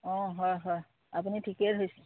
অঁ হয় হয় আপুনি ঠিকেই ধৰিছে